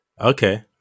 Okay